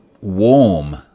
warm